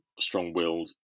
strong-willed